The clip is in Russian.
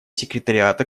секретариата